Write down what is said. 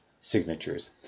signatures